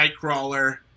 Nightcrawler